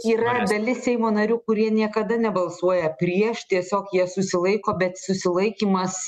yra dalis seimo narių kurie niekada nebalsuoja prieš tiesiog jie susilaiko bet susilaikymas